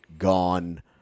gone